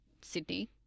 sydney